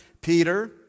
Peter